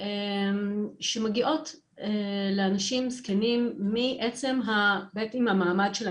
שמגיעות לאנשים זקנים מעצם בין אם המעמד שלה